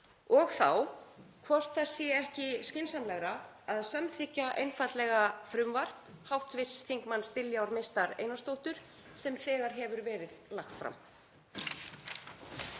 og þá hvort það sé ekki skynsamlegra að samþykkja einfaldlega frumvarp hv. þm. Diljár Mistar Einarsdóttur sem þegar hefur verið lagt fram.